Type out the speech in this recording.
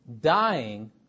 dying